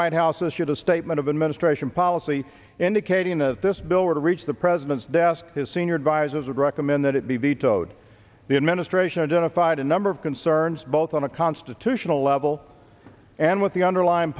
white house issued a statement of administration policy indicating that this bill would reach the president's desk his senior advisers would recommend that it be vetoed the administration identified a number of concerns both on a constitutional level and with the underlyin